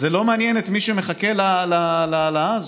זה לא מעניין את מי שמחכה להעלאה הזאת.